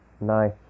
nice